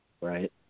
right